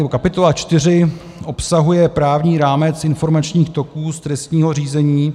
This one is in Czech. Kapitola IV. obsahuje právní rámec informačních toků z trestního řízení.